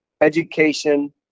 education